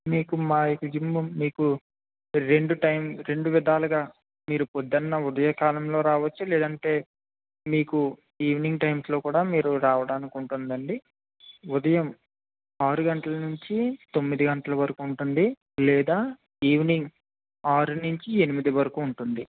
మీకు మాగ్జిమమ్ మీకు రెండు టైమ్లు రెండు విధాలుగా మీరు పొద్దున ఉదయకాలంలో రావచ్చు లేదంటే మీకు ఈవెనింగ్ టైమ్స్లో కూడా మీరు రావడానికి ఉంటుంది అండి ఉదయం ఆరు గంటల నుంచి తొమ్మిది గంటల వరకు ఉంటుంది లేదా ఈవినింగ్ ఆరు నుంచి ఎనిమిది వరకు ఉంటుంది